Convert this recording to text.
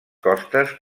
costes